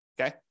okay